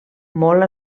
molt